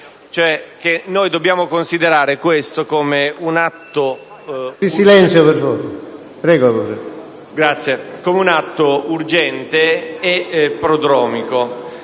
Noi dobbiamo considerare questo come un atto prodromico